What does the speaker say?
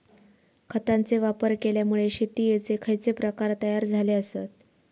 खतांचे वापर केल्यामुळे शेतीयेचे खैचे प्रकार तयार झाले आसत?